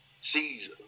Sees